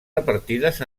repartides